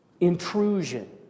intrusion